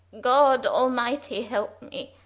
god almightie helpe me